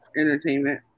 entertainment